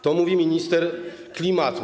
To mówi minister klimatu.